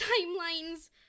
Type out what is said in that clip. timelines